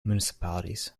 municipalities